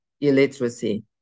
illiteracy